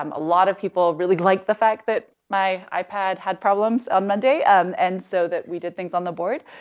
um a lot of people really like the fact that my ipad had problems on monday, um, and so we did things on the board.